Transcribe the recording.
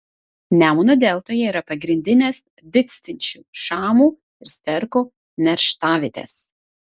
nemuno deltoje yra pagrindinės didstinčių šamų ir sterkų nerštavietės